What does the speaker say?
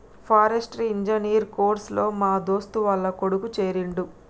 forestry engineer course లో మా దోస్తు వాళ్ల కొడుకు చేరిండు